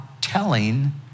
telling